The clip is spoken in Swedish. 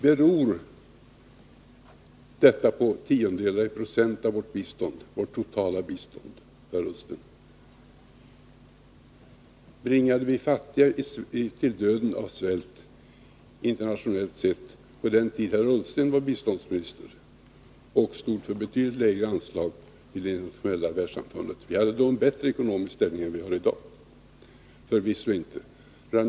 Beror detta på tiondelar i procent av vårt totala bistånd, herr Ullsten? Bringade vi fattiga till döden av svält, internationellt sett, på den tid då herr Ullsten var biståndsminister och stod för betydligt lägre anslag till det internationella världssamfundet, fastän vi då hade en bättre ekonomisk ställning än vad vi har i dag? Förvisso inte.